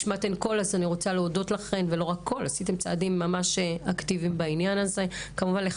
השמעתן קול ועשיתם צעדים אקטיביים בעניין ואני רוצה להודות לכן על זה.